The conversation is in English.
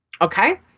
okay